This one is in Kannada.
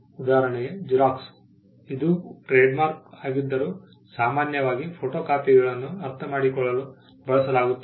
ಉದಾಹರಣೆಗೆ ಜೆರಾಕ್ಸ್ ಇದು ಟ್ರೇಡ್ಮಾರ್ಕ್ ಆಗಿದ್ದರೂ ಸಾಮಾನ್ಯವಾಗಿ ಫೋಟೋಕಾಪಿಗಳನ್ನು ಅರ್ಥಮಾಡಿಕೊಳ್ಳಲು ಬಳಸಲಾಗುತ್ತದೆ